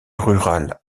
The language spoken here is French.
rural